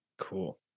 Cool